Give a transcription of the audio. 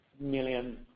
million